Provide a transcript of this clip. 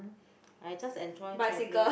I just enjoy traveling